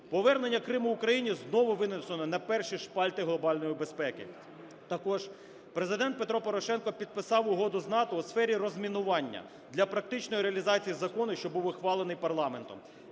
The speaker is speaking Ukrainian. Повернення Криму Україні знову винесене на перші шпальти глобальної безпеки. Також Президент Петро Порошенко підписав Угоду з НАТО у сфері розмінування для практичної реалізації закону, що був ухвалений парламентом.